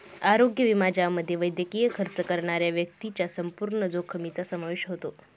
आरोग्य विमा ज्यामध्ये वैद्यकीय खर्च करणाऱ्या व्यक्तीच्या संपूर्ण जोखमीचा समावेश होतो